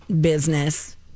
business